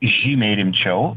žymiai rimčiau